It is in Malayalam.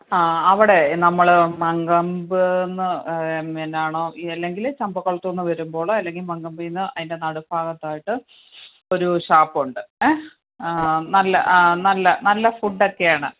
ആ അവിടെ നമ്മൾ മങ്കമ്പ്ന്ന് എങ്ങനാണോ ഈ അല്ലെങ്കിൽ ചമ്പക്കൊളത്തൂന്ന് വരുമ്പോഴ് അല്ലെങ്കിൽ മങ്കമ്പീന്ന് അതിൻ്റെ നടുഭാഗത്തായിട്ട് ഒരു ഷാപ്പുണ്ട് ഏ നല്ല ആ നല്ല നല്ല ഫുഡൊക്കെയാണ്